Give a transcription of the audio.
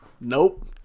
Nope